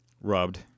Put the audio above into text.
rubbed